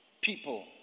people